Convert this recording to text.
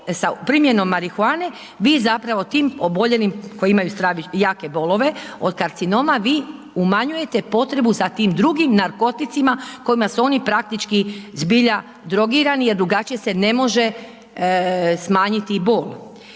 sa primjenom marihuane vi zapravo tim oboljelim koji imaju jake bolove od karcinoma, vi umanjujete potrebu za tim drugim narkoticima kojima su oni praktički zbilja drogirani jer drugačije se ne može smanjiti bol.